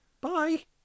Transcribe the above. Bye